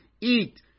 eat